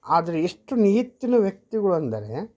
ಆದರೆ ಎಷ್ಟು ನಿಯತ್ತಿನ ವ್ಯಕ್ತಿಗಳೆಂದರೆ